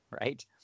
right